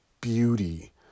beauty